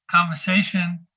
conversation